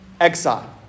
exile